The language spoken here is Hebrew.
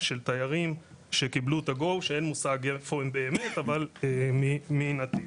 של תיירים שקיבלו את ה-GO שאין מושג איפה הם באמת אבל הם מנתיב.